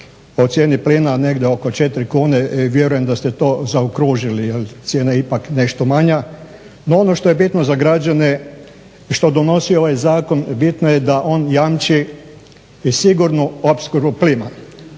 cijeni plina negdje oko 4 kune i vjerujem da ste to zaokružili jer cijena je ipak nešto manja. No, ono što je bitno za građane i što donosi ovaj zakon, bitno je da on jamči i sigurnu opskrbu plina.